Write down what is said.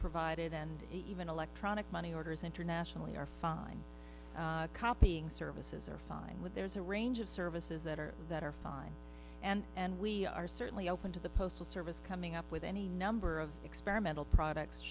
provided and even electronic money orders internationally are fine copying services are fine with there's a range of services that are that are fine and and we are certainly open to the postal service coming up with any number of experimental